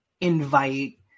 invite